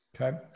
okay